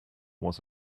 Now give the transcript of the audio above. was